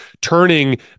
turning